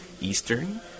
Eastern